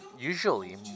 usually